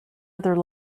other